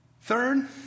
Third